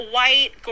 white